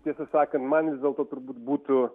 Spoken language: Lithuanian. tiesą sakant man vis dėlto turbūt būtų